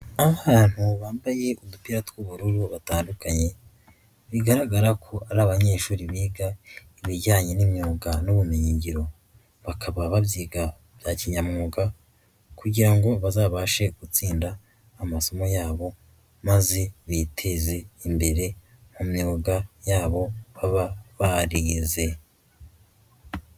Abantu bambaye udupira tw'ubururu batandukanye bigaragara ko ari abanyeshuri biga ibijyanye n'imyuga n'ubumenyi ngiro, bakaba babyiga ba kinyamwuga kugira ngo bazabashe gutsinda amasomo yabo maze biteze imbere mu myuga yabo baba barize.